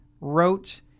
wrote